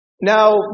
Now